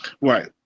Right